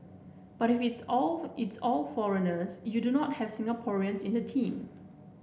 but if it's all it's all foreigners you do not have Singaporeans in the team